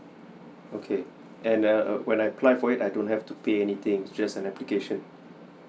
okay and err err when I apply for it I don't have to pay anything it's just an application